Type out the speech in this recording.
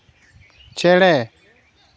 ᱪᱮᱬᱮ